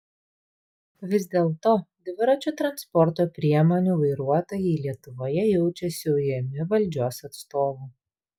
vis dėlto dviračių transporto priemonių vairuotojai lietuvoje jaučiasi ujami valdžios atstovų